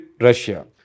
Russia